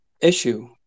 issue